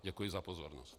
Děkuji za pozornost.